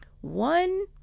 One